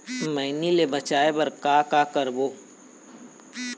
मैनी ले बचाए बर का का करबो?